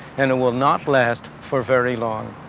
and it will not last for very long.